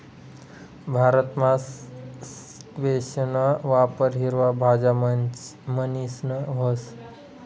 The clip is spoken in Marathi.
भारतमा स्क्वैशना वापर हिरवा भाज्या म्हणीसन व्हस